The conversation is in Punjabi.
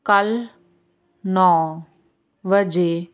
ਕੱਲ ਨੌ ਵਜੇ